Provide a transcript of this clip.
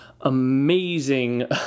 amazing